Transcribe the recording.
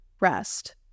rest